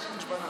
מ-1 עד 10 ברצף.